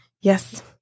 Yes